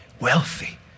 wealthy